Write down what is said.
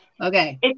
okay